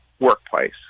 Workplace